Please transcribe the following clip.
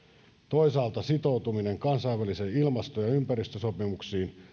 toisaalta sitoutuminen kansainvälisiin ilmasto ja ympäristösopimuksiin